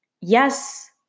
Yes